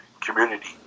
community